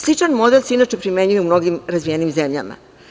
Sličan model se inače primenjuje u mnogim razvijenim zemljama.